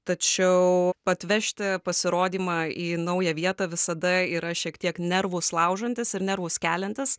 tačiau atvežti pasirodymą į naują vietą visada yra šiek tiek nervus laužantis ir nervus keliantis